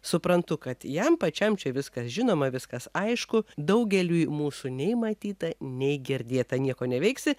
suprantu kad jam pačiam čia viskas žinoma viskas aišku daugeliui mūsų nei matyta nei girdėta nieko neveiksi